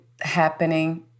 happening